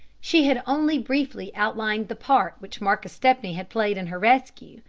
she had only briefly outlined the part which marcus stepney had played in her rescue,